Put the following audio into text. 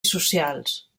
socials